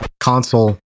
Console